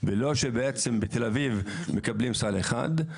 ולא שבעצם בתל אביב מקבלים סל אחד,